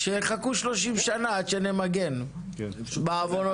שיחכו 30 שנים עד שנמגן בעוונותינו.